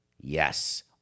Yes